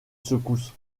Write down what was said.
secousse